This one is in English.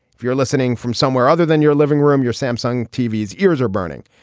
if you're listening from somewhere other than your living room, your samsung t v s ears are burning.